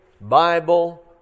Bible